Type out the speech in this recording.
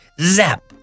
zap